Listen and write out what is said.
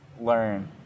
learn